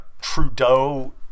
Trudeau